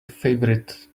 favorite